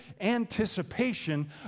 anticipation